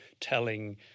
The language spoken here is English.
telling